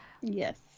Yes